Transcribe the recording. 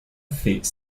fait